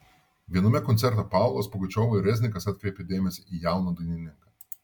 viename koncerte paulas pugačiova ir reznikas atkreipė dėmesį į jauną dainininką